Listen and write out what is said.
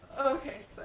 Okay